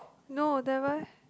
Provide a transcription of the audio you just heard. no never